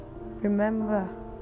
Remember